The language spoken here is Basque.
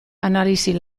analisi